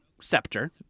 scepter